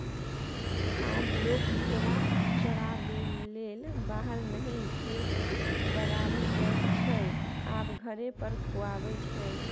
आब लोक भेरा चराबैलेल बाहर नहि केर बराबर जाइत छै आब घरे पर खुआबै छै